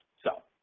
so